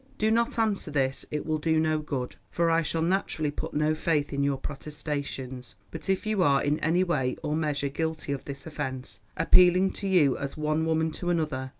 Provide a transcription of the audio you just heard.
do not answer this, it will do no good, for i shall naturally put no faith in your protestations, but if you are in any way or measure guilty of this offence, appealing to you as one woman to another,